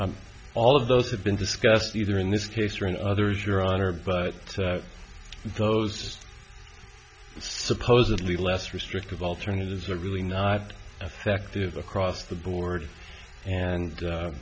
all of those have been discussed either in this case or in others your honor but those supposedly less restrictive alternatives are really not effective across the board and